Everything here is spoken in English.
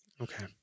okay